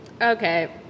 Okay